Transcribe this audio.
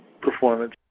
performance